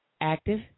active